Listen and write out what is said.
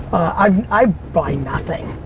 i mean i buy nothing.